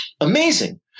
Amazing